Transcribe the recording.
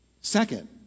Second